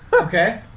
Okay